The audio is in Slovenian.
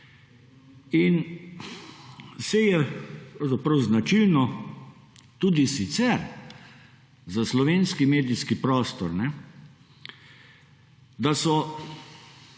pravzaprav značilno tudi sicer za slovenski medijski prostor, da so vsi